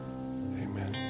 Amen